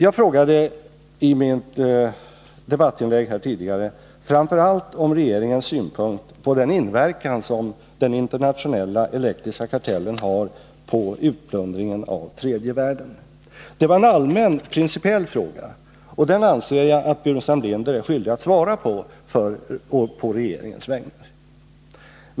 Jag frågade i mitt debattinlägg här tidigare framför allt om regeringens syn på den inverkan som den internationella elektriska kartellen har på utplundringen av tredje världen. Det var en allmän principiell fråga, och den anser jag att Staffan Burenstam Linder på regeringens vägnar är skyldig att svara på.